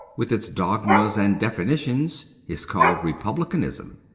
with its dogmas and definitions, is called republicanism.